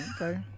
Okay